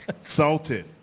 Salted